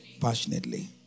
Passionately